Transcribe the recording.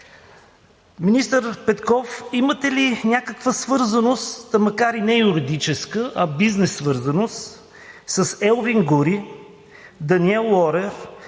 Министър Петков, имате ли някаква свързаност, макар и не юридическа, а бизнес свързаност, с Елвин Гури, Даниел Лорер,